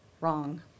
wrong